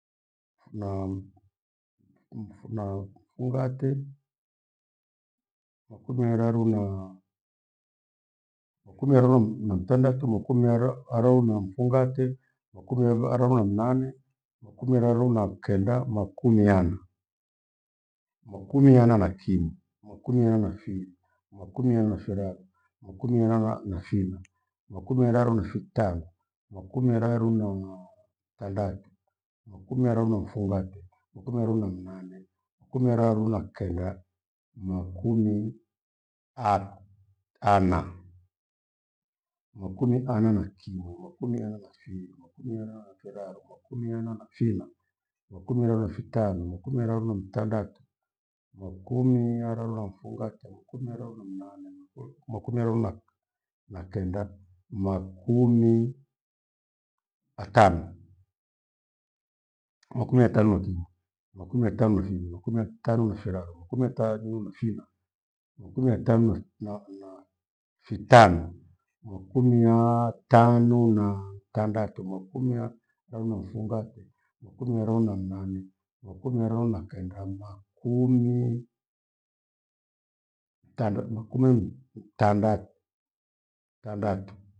Na tingifu, namfungate, makumi araru naa, makumi araru na mtandatu, makumi ara- araru na mfungate, makumiva- araru na mnane, makumi araru na kenda, makumi yana. Makumi yana na kimwi, makumi ana fiwi, makumi ana firaru, makumi ana na- nafina, makumi iraru na fitanu, makumi araru naa mtandatu, makumi araru na mfungate, makumi araru na mnane, makumi araru na kenda, makumi at- ana. Makumi ana na kimwurua, makumi ana fiwi, makumi ana na kiraru, makumi ana fina, makumi ana na fitanu, makumi araru na mtandatu, makumi arare na mfungate, makumi aaru na mnane, makumi ya ronaki na kenda, makumi atano. Makumi ya tano na kimwi, makumi ya tano na fiwirwi, makumi ya tano na firaru, makumi yajuu na phina, makumi tanu- na- na fitano, makumi ya tano na tandatu, makumi ya nathuna mfungate makumi yaro na mnane, makumi yarero na kenda, makumi mtanda- makumi mtanda- matandatu.